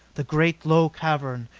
the great low cavern,